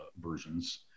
versions